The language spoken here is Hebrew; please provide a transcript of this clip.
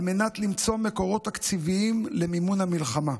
מנת למצוא מקורות תקציביים למימון המלחמה.